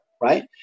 right